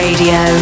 Radio